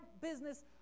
business